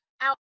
out